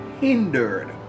hindered